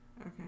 Okay